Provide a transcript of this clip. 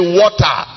water